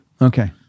Okay